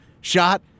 shot